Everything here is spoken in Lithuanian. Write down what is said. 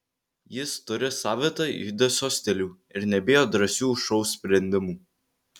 jis turi savitą judesio stilių ir nebijo drąsių šou sprendimų